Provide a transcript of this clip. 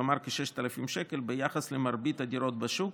כלומר כ-6,000 שקל ביחס למרבית הדירות בשוק,